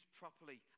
properly